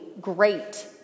great